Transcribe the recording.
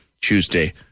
Tuesday